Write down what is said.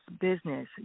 business